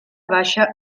baixa